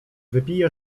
wypije